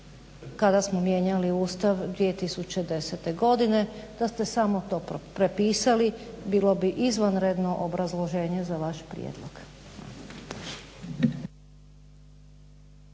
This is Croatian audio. kada smo mijenjali Ustav 2010. godine. Da ste samo to prepisali bilo bi izvanredno obrazloženje za vaš prijedlog.